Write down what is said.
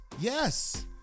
Yes